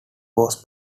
was